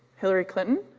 hilary clinton.